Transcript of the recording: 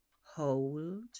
Hold